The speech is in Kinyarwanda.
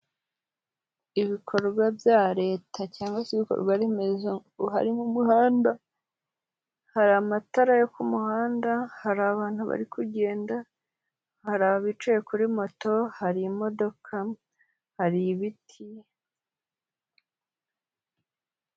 Ibikorwa bya Leta cyangwa se ibikorwaremezo harimo umuhanda, hari amatara yo ku muhanda, hari abantu bari kugenda, hari abicaye kuri moto, hari imodoka, hari ibiti.